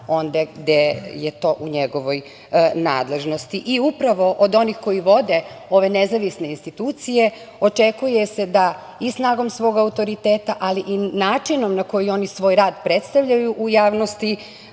onde gde je to u njegovoj nadležnosti. Upravo, od onih koji vode ove nezavisne institucije, očekuje se da i snagom svog autoriteta, ali i načinom na koji oni svoj rad predstavljaju u javnosti,